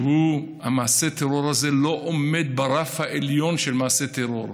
שמעשה הטרור הזה לא עומד ברף העליון של מעשה טרור.